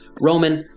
Roman